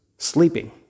sleeping